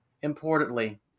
importantly